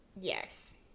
Yes